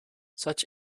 such